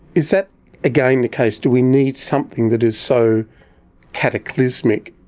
is that again the case, do we need something that is so cataclysmic,